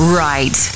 right